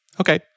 okay